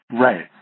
right